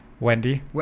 Wendy